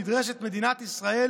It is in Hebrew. נדרשת מדינת ישראל